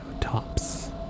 tops